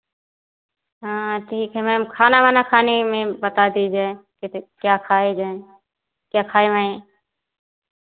हाँ ठीक है मैम खाना वाना खाने में बता दीजिए कित क्या खाए जाएँ क्या खाए वाऍं